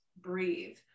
breathe